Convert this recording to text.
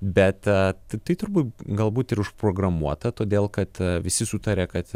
bet tiktai turbūt galbūt ir užprogramuota todėl kad visi sutaria kad